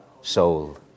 soul